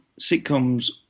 sitcoms